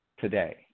today